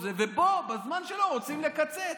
ובו, בזמן שלו רוצים לקצץ,